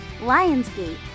Lionsgate